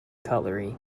cutlery